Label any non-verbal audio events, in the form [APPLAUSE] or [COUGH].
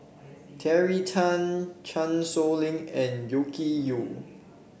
Terry Tan Chan Sow Lin and [UNINTELLIGIBLE] Yew